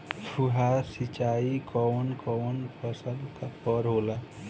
फुहार सिंचाई कवन कवन फ़सल पर होला?